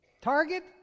Target